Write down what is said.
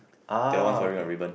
ah okay